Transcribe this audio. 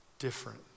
different